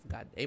God